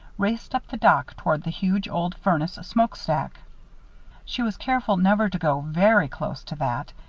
raced up the dock toward the huge old furnace smoke-stack she was careful never to go very close to that,